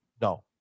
No